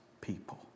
people